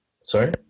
Sorry